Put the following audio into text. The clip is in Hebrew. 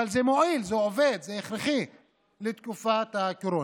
זה מועיל, זה עובד וזה הכרחי לתקופת הקורונה.